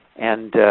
and